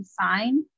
sign